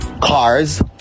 cars